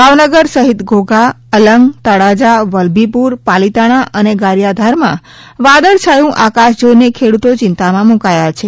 ભાવનગર સહિત ઘોઘા અલંગ તળાજા વલભીપુર પાલિતાણા અને ગરીયાધાર માં વાદળછાયું આકાશ જોઈને ખેડૂતો ચિંતા માં મુકાયા છે